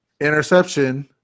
interception